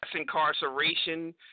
incarceration